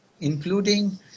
including